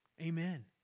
Amen